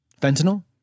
fentanyl